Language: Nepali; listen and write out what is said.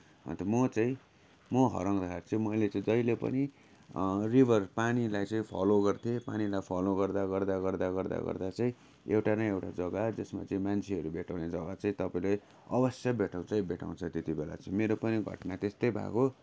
अन्त म चाहिँ म हराउँदाखेरि चाहिँ मैले चाहिँ जहिले पनि रिभर पानीलाई चाहिँ फलो गर्थ्येँ पानीलाई फलो गर्दा गर्दा गर्दा गर्दा गर्दा चाहिँ एउटा न एउटा जग्गा जसमा चाहिँ मान्छेहरू भेटाउने जग्गा चाहिँ तपाईँले अवश्य भेटाउँछै भेटाउँछ त्यति बेला चाहिँ मेरो पनि घटना त्यस्तै भएको